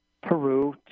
Peru